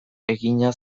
egina